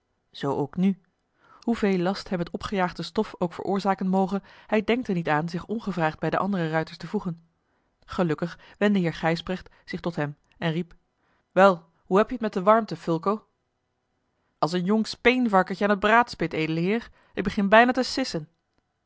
zoo ook nu hoeveel last hem het opgejaagde stof ook veroorzaken moge hij denkt er niet aan zich ongevraagd bij de andere ruiters te voegen gelukkig wendde heer gijsbrecht zich tot hem en riep wel hoe heb je het met de warmte fulco als een jong speenvarkentje aan het braadspit edele heer ik begin bijna te sissen